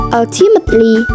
ultimately